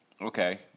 Okay